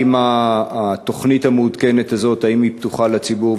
האם התוכנית המעודכנת הזאת פתוחה לציבור?